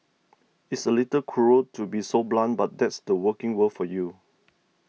it's a little cruel to be so blunt but that's the working world for you